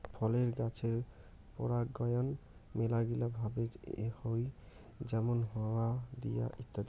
ফলের গাছের পরাগায়ন মেলাগিলা ভাবে হউ যেমন হাওয়া দিয়ে ইত্যাদি